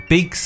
Big